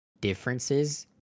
differences